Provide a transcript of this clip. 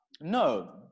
No